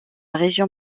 région